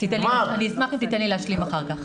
אני אשמח אם תיתן לי להשלים אחר כך.